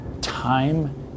time